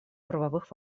правовых